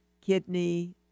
kidney